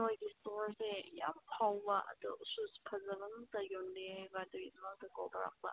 ꯅꯣꯏꯒꯤ ꯏꯁꯇꯣꯜꯁꯦ ꯌꯥꯝ ꯐꯥꯎꯕ ꯑꯗꯨ ꯁꯨꯁ ꯐꯖꯕ ꯉꯥꯛꯇ ꯌꯣꯟꯂꯦ ꯍꯥꯏꯕ ꯑꯗꯨꯒꯤꯗꯃꯛꯇ ꯀꯣꯜ ꯇꯧꯔꯛꯄ